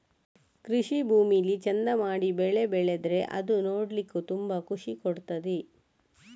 ಕೃಷಿ ಭೂಮಿಲಿ ಚಂದ ಮಾಡಿ ಬೆಳೆ ಬೆಳೆದ್ರೆ ಅದು ನೋಡ್ಲಿಕ್ಕೂ ತುಂಬಾ ಖುಷಿ ಕೊಡ್ತದೆ